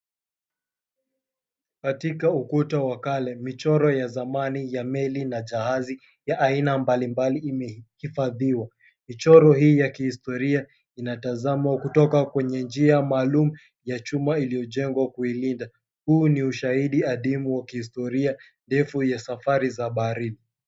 Katika ukuta wa kale michoro ya zamani ya meli na jahazi ya aina mbali mbali imehifadhiwa. Michoro hii ya kihistoria imetazamwa kutoka kwenye njia maalum yenye chuma iliyojengwa kuilind. Huu ni ushahidi adimu wa kihistoria ndefu ya safari za baharini.